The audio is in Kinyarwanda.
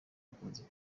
akunze